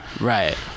Right